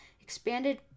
expanded